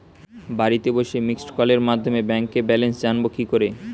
বাড়িতে বসে মিসড্ কলের মাধ্যমে ব্যাংক ব্যালেন্স জানবো কি করে?